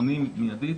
עונים מיידית,